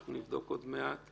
אנחנו נבדוק עוד מעט.